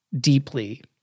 deeply